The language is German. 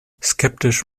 skeptisch